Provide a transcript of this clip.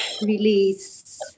Release